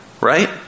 right